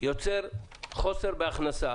יוצר חוסר בהכנסה,